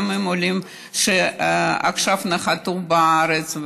גם עם עולים שעכשיו נחתו בארץ.